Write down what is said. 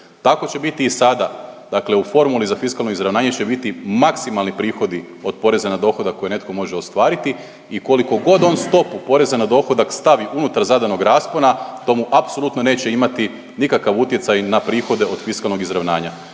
Tako će biti i sada. Dakle, u formuli za fiskalno izravnanje će biti maksimalni prihodi od poreza na dohodak koje netko može ostvariti. I koliko god on stopu poreza na dohodak stavi unutar zadanog raspona to mu apsolutno neće imati nikakav utjecaj na prihode od fiskalnog izravnanja